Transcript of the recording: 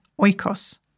Oikos